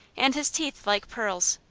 and his teeth like pearls.